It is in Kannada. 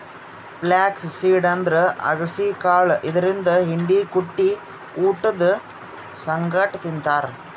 ಫ್ಲ್ಯಾಕ್ಸ್ ಸೀಡ್ ಅಂದ್ರ ಅಗಸಿ ಕಾಳ್ ಇದರಿಂದ್ ಹಿಂಡಿ ಕುಟ್ಟಿ ಊಟದ್ ಸಂಗಟ್ ತಿಂತಾರ್